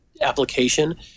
application